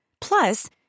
Plus